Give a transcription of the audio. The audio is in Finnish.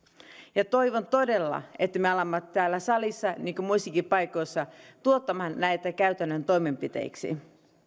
ja toivon todella että me alamme täällä salissa niin kuin muissakin paikoissa tuottamaan näitä käytännön toimenpiteiksi